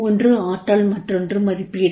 ஒன்று ஆற்றல் மற்றொன்று மதிப்பீடு